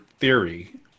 theory